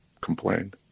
complained